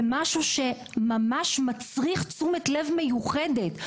זה משהו שממש מצריך תשומת לב מיוחדת,